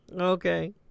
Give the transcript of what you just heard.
Okay